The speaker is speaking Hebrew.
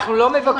אנחנו לא מבקשים